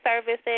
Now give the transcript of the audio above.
services